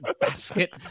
basket